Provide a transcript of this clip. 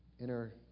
inner